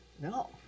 No